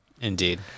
indeed